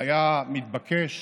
היה מתבקש